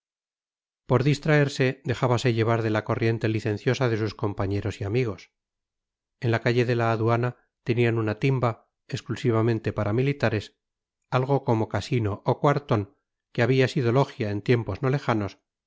por distraerse dejábase llevar de la corriente licenciosa de sus compañeros y amigos en la calle de la aduana tenían una timba exclusivamente para militares algo como casino o cuartón que había sido logia en tiempos no lejanos